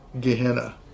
Gehenna